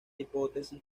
hipótesis